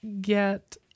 get